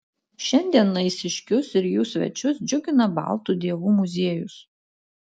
šiandien naisiškius ir jų svečius džiugina baltų dievų muziejus